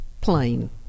plane